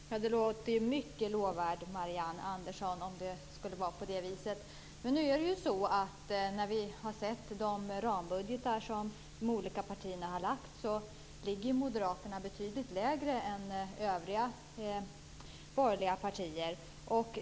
Herr talman! Det låter ju mycket lovvärt, Marianne Andersson, om det skulle vara på de viset. Men i de rambudgetar som de olika partierna har lagt ser vi att moderaterna ligger betydligt lägre än övriga borgerliga partier.